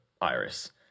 iris